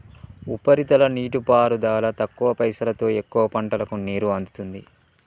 ఉపరితల నీటిపారుదల తక్కువ పైసలోతో ఎక్కువ పంటలకు నీరు అందుతుంది